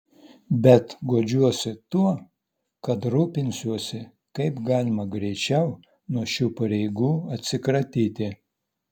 bet guodžiuosi tuo kad rūpinsiuosi kaip galima greičiau nuo šių pareigų atsikratyti